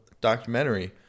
documentary